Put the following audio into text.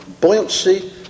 buoyancy